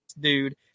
dude